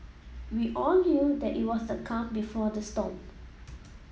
we all knew that it was the calm before the storm